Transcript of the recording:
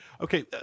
okay